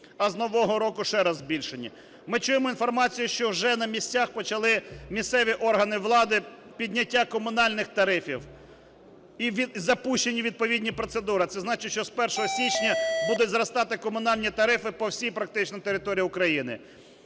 а з нового року ще раз збільшені. Ми чуємо інформацію, що вже на місцях почали місцеві органи влади підняття комунальних тарифів, і запущені відповідні процедури. А це значить, що з 1 січня будуть зростати комунальні тарифи по всій, практично, території України.